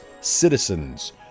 citizens